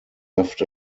left